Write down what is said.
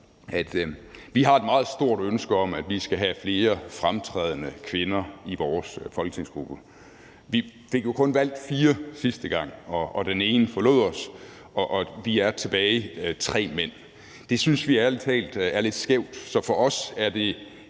Vi har et meget stort ønske om, at vi skal have flere fremtrædende kvinder i vores folketingsgruppe. Vi fik jo kun valgt fire sidste gang, og den ene forlod os, og vi er tre mænd tilbage. Det synes vi ærlig talt er lidt skævt, så for os er det